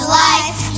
life